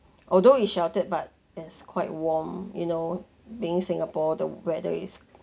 although is sheltered but as quite warm you know being singapore the weather is